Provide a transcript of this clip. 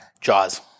Jaws